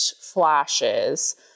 flashes